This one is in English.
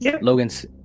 logan's